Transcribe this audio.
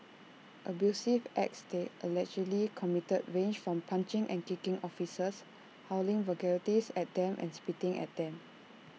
abusive acts they allegedly committed range from punching and kicking officers hurling vulgarities at them and spitting at them